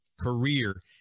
career